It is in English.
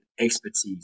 expertise